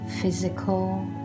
physical